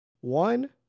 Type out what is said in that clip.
One